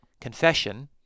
confession